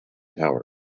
tower